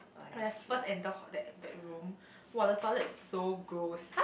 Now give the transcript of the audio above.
when I first enter hall that that room !wah! the toilet is so gross